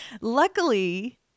Luckily